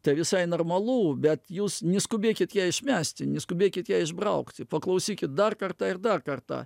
tai visai normalu bet jūs neskubėkit ją išmesti neskubėkit ją išbraukti paklausykit dar kartą ir dar kartą